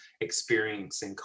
experiencing